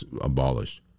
abolished